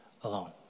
alone